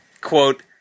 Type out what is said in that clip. quote